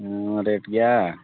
ᱦᱮᱸ ᱨᱮᱹᱴ ᱜᱮᱭᱟ